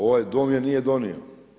Ovaj Dom je nije donio.